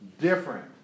different